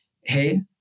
Hey